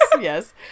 Yes